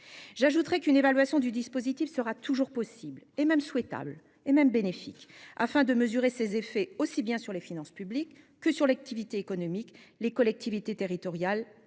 J'ajoute qu'une évaluation du dispositif sera toujours possible- elle sera même souhaitable et bénéfique -, afin de mesurer ses effets aussi bien sur les finances publiques que sur l'activité économique, les collectivités territoriales